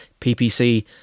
ppc